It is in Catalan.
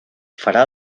farà